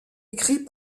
écrits